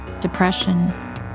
depression